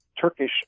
Turkish